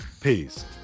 Peace